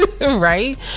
Right